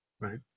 right